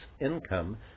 income